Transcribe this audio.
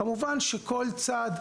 כמובן שמצדה,